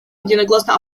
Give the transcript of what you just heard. единогласно